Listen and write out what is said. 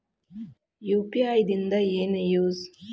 UPI ದಿಂದ ಏನು use?